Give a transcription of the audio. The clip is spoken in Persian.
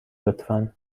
لطفا